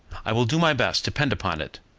i will do my best, depend upon it,